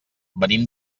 venim